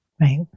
Right